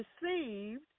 received